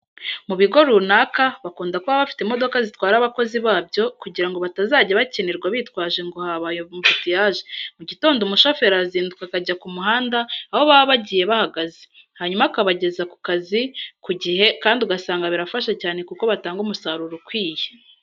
Mu bigo runaka bakunda kuba bafite imodoka zitwara abakozi babyo kugira ngo batazajya bakererwa bitwaje ngo habaye ambutiyaje. Mu gitondo umushoferi arazinduka akajya ku muhanda aho baba bagiye bahagaze, hanyuma akabageza ku kazi ku gihe kandi ugasanga birafasha cyane kuko batanga umusaruro ukwiye.